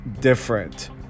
different